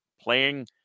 playing